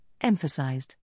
emphasized